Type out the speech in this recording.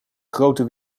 grote